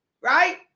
right